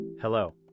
Hello